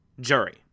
jury